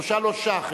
ראשה לא שח,